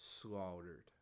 slaughtered